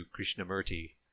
Krishnamurti